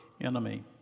enemy